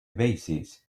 basis